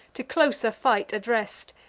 to closer fight address'd,